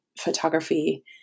photography